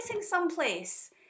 someplace